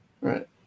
right